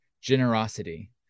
generosity